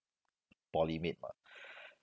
poly mate mah